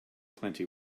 plenty